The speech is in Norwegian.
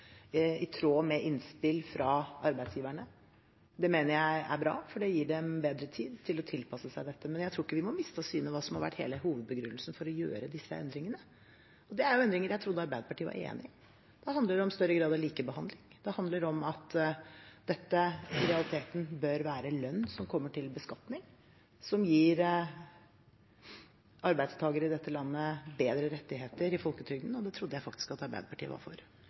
i tråd med innspill fra arbeidsgiverne, mener jeg er bra, for det gir dem bedre tid til å tilpasse seg dette. Men jeg tror ikke vi må miste av syne hva som har vært hele hovedbegrunnelsen for å gjøre disse endringene. Det er endringer jeg trodde Arbeiderpartiet var enig i. Det handler om større grad av likebehandling, det handler om at dette i realiteten bør være lønn som kommer til beskatning, og som gir arbeidstakere i dette landet bedre rettigheter i folketrygden. Det trodde jeg faktisk at Arbeiderpartiet var for.